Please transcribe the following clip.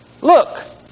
look